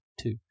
two